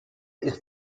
ist